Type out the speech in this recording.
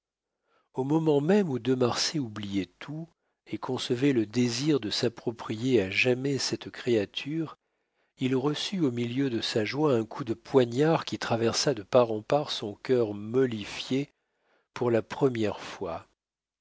au moment même où de marsay oubliait tout et concevait le désir de s'approprier à jamais cette créature il reçut au milieu de sa joie un coup de poignard qui traversa de part en part son cœur mortifié pour la première fois